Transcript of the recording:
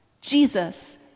Jesus